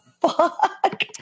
fuck